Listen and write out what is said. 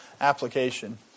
application